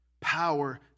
Power